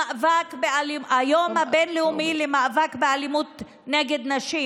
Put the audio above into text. היום הבין-לאומי למאבק באלימות כלפי נשים.